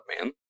man